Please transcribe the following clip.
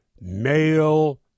male